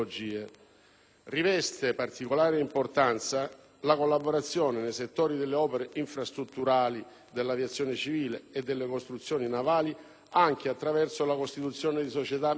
Riveste particolarmente importanza la collaborazione nei settori delle opere infrastrutturali dell'aviazione civile e delle costruzioni navali, anche attraverso la costituzione di società miste,